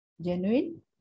genuine